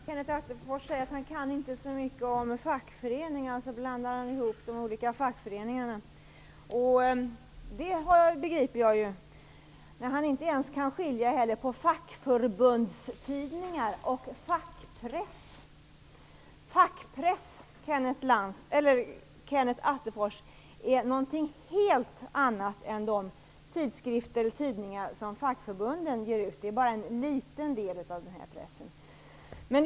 Herr talman! Kenneth Attefors säger att han inte kan så mycket om fackföreningarna, och så blandar han ihop de olika fackföreningarna. Det begriper jag när han inte ens kan skilja på fackförbundstidningar och fackpress. Fackpress, Kenneth Attefors, är någonting helt annat än de tidskrifter och tidningar som fackförbunden ger ut, de är bara en liten del av den pressen.